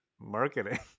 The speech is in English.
marketing